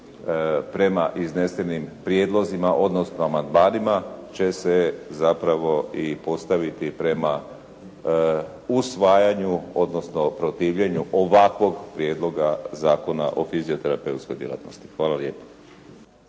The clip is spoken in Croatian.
prema iznesenim prijedlozima odnosno amandmanima će se zapravo i postaviti prema usvajanju odnosno protivljenju ovakvog Prijedloga zakona o fizioterapeutskoj djelatnosti. Hvala lijepa.